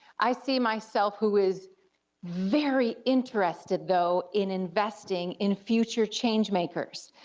i see myself who is very interested, though, in investing in future changemakers.